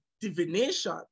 divination